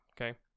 okay